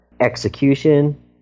execution